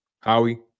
Howie